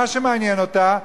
שמה שמעניין אותה,